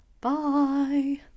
Bye